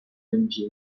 engine